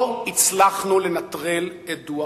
לא הצלחנו לנטרל את דוח-גולדסטון.